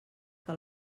que